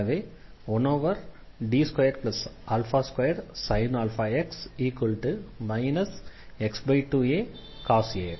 எனவே 1D22sin αx x2αcos ax